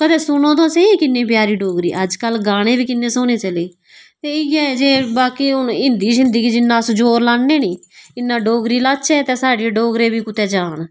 पर सुनो ते स्हेई कि'न्नी प्यारी डोगरी ऐ अज्जकल गाने बी कि'न्ने सोह्ने चले ते इ'यै जे बाकी हून हिंदी शिंदी जि'न्ना अस जोर लाने नेईं इ'न्ना डोगरी ई लाचै ते साढ़ी डोगरे बी कुतै जान